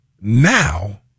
now